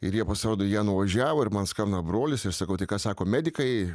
ir jie pasirodo jie nuvažiavo ir man skambina brolis ir sakau tai ką sako medikai